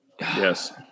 Yes